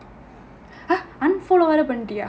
unfollow வேற பண்ணிட்டியா:vera pannittiyaa